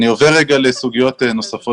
ברשותך, אני עובר לסוגיות נוספות.